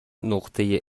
نقطه